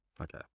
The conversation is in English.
okay